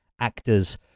actors